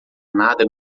nada